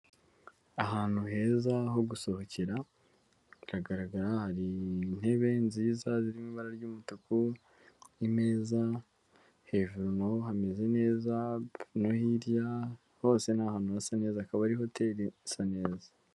Ahantu heza ho gusohokera biragaragara hari intebe nziza zirimo ibara ry'umutuku, imeza, hejuru na ho hameze neza no hirya hose ni ahantu hasa neza akaba ari hoteri isa neza.